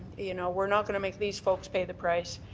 you know we are not going to make these folks pay the price.